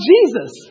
Jesus